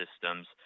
systems